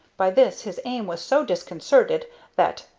by this his aim was so disconcerted that,